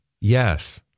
Yes